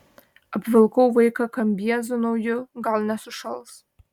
apvilkau vaiką kambiezu nauju gal nesušals